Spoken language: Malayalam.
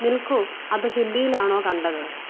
നിൽക്കൂ അത് ഹിന്ദിയിലാണോ കണ്ടത്